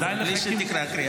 בלי שתקרא קריאת ביניים.